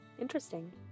Interesting